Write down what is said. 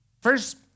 first